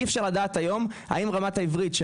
אי אפשר לדעת היום אם רמת העברית של